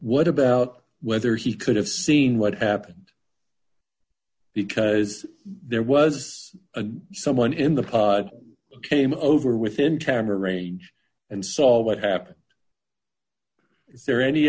what about whether he could have seen what happened because there was someone in the pub came over within tamar range and saw what happened is there any